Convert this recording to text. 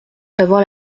savoir